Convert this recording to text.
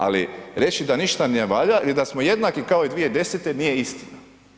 Ali reći da ništa ne valja ili da smo jednaki kao i 2010. nije istina.